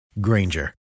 Granger